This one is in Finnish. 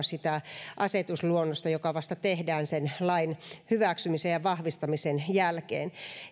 sitä asetusluonnosta joka tehdään vasta sen lain hyväksymisen ja vahvistamisen jälkeen